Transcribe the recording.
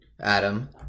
Adam